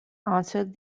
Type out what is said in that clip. answered